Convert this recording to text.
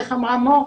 איך אמרה מור?